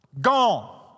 Gone